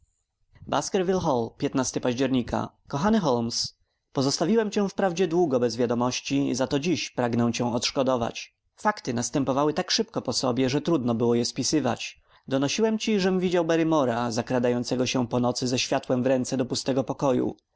na bagnie baskerville hall października kochany holmes pozostawiłem cię wprawdzie długo bez wiadomości za to dziś pragnę cię odszkodować fakty następowały tak szybko po sobie że trudno było je spisywać donosiłem ci żem widział barrymora zakradającego się po nocy ze światłem w ręce do pustego pokoju